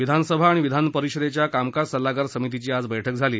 विधानसभा आणि विधान परिषदेच्या कामकाज सल्लागार समितीची बैठक आज झाली